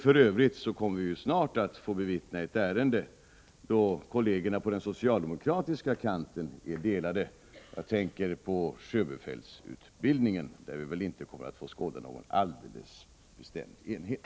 För övrigt kommer vi snart att bevittna behandlingen av ett ärende där kollegerna på den socialdemokratiska kanten har delade meningar. Jag tänker på sjöbefälsutbildningen, där vi inte kommer att få skåda någon bestämd enighet.